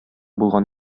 булган